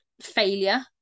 failure